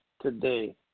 today